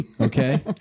Okay